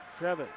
Trevin